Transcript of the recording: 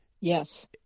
yes